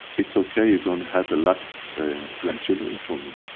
it's okay, you're gonna have a lot of grandchildren from me.